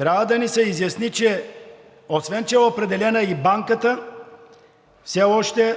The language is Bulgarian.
нещо, да ни се изясни: освен че е определена и банката, все още